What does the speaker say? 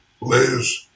Liz